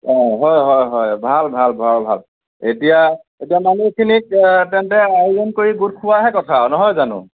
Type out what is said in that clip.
হয় হয় হয় ভাল ভাল বৰ ভাল এতিয়া এতিয়া মানুহখিনিক তেন্তে আয়োজন কৰি গোট খোওৱা হে কথা আৰু নহয় জানো